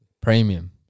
Premium